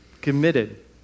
committed